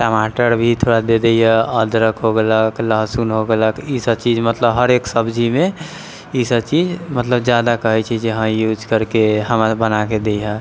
टमाटर भी थोड़ा दय दैया अदरक हो गेलक लहसुन हो गेलक ई सब चीज मतलब हर एक सब्जीमे ई सब चीज मतलब जादा कहैत छै जे हँ यूज करके हमर बनाके दिहऽ